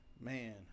Man